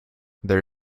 there